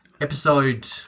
episode